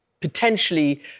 potentially